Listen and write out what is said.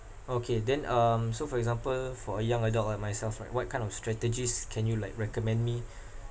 okay then um so for example for a young adult like myself right what kind of strategies can you like recommend me